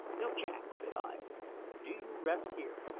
no, jack, said i do you rest here.